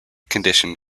condition